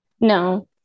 No